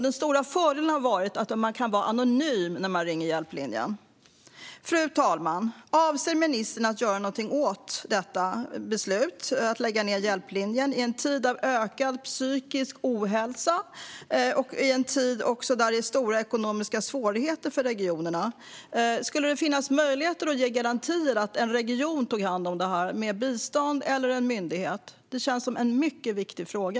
Den stora fördelen har varit att man kan vara anonym när man ringer Hjälplinjen. Fru talman! Avser ministern att göra någonting åt beslutet att lägga ned Hjälplinjen i en tid av ökad psykisk ohälsa och stora ekonomiska svårigheter för regionerna? Skulle det finnas möjlighet att ge garantier för att en region tog hand om det här med bistånd, eller en myndighet? Det känns som en mycket viktig fråga.